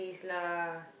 please lah